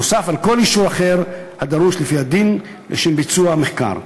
נוסף על כל אישור אחר הדרוש לפי הדין לשם ביצוע המחקר,